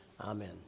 Amen